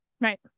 Right